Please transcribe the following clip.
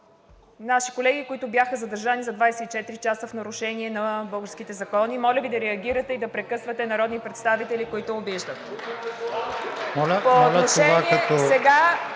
наши колеги, които бяха задържани за 24 часа в нарушение на българските закони. Моля Ви да реагирате и да прекъсвате народни представители, които обиждат.